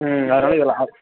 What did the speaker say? ம் அதனால் இதில் ஆஃப